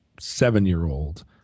seven-year-old